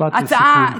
משפט לסיכום.